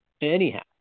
anyhow